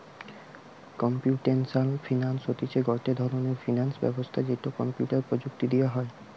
computational finance হতিছে গটে ধরণের ফিনান্স ব্যবস্থা যেটো কম্পিউটার প্রযুক্তি দিয়া হই